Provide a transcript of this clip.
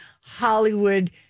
hollywood